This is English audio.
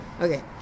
Okay